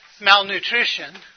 malnutrition